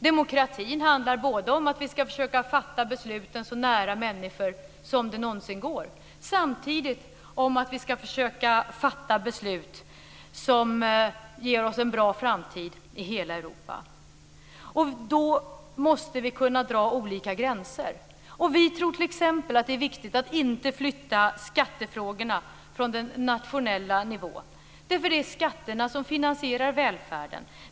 Demokratin handlar både om att vi ska försöka fatta besluten så nära människor som det någonsin går och samtidigt om att vi ska försöka fatta beslut som ger oss en bra framtid i hela Europa. Och då måste vi kunna dra olika gränser. Vi tror t.ex. att det är viktigt att inte flytta skattefrågorna från den nationella nivån, därför att det är skatterna som finansierar välfärden.